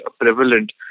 prevalent